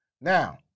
Now